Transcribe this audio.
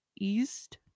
East